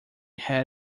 had